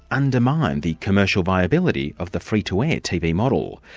undermine the commercial viability of the free to air tv model.